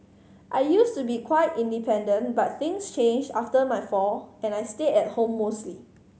I used to be quite independent but things changed after my fall and I stayed at home mostly